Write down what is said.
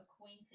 acquainted